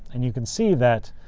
and you can see that,